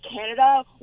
Canada